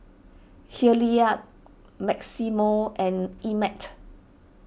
Hilliard Maximo and Emett